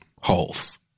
Holes